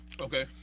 Okay